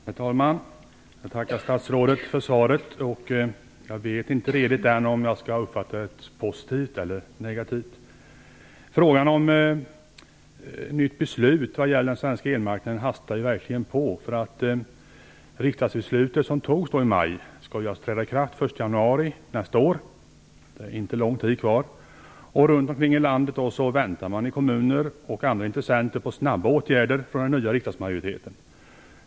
Herr talman! Jag tackar statsrådet för svaret. Jag vet inte riktigt om jag skall uppfatta det positivt eller negativt. Frågan om nytt beslut vad gäller den svenska elmarknaden hastar verkligen, för det riksdagsbeslut som fattades i maj skall träda i kraft den 1 januari nästa år. Det är inte lång tid kvar till dess. Runt om i landet väntar kommuner och andra intressenter på snabba åtgärder från den nya riksdagsmajoriteten.